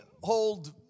hold